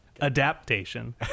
Adaptation